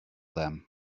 them